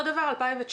אותו דבר ב-2019: